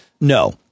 no